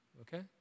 okay